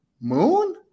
moon